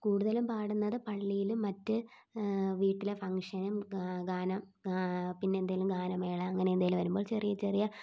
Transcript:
കൂടുതലും പാടുന്നത് പള്ളിയില് മറ്റ് വീട്ടിലെ ഫങ്ങ്ഷനും ഗാനം ആ പിന്നെ എന്തേലും ഗാനമേള അങ്ങനെ എന്തേലും വരുമ്പോൾ ചെറിയ ചെറിയ ഫങ്ങ്ഷനും